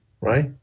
right